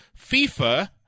FIFA